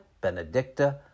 Benedicta